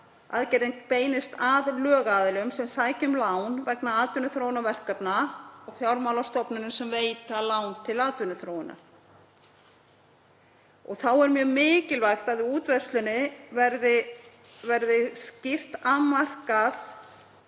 aðgerðin beinist að lögaðilum sem sækja um lán vegna atvinnuþróunarverkefna og fjármálastofnunum sem veita lán til atvinnuþróunar. Þá er mjög mikilvægt að í útfærslunni verði skýrt afmarkað